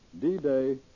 D-Day